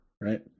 Right